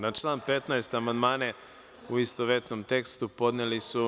Na član 15. amandmane, u istovetnom tekstu, podneli su…